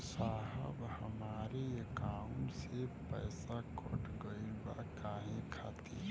साहब हमरे एकाउंट से पैसाकट गईल बा काहे खातिर?